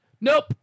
Nope